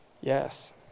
Yes